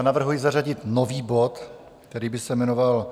Navrhuji zařadit nový bod, který by se jmenoval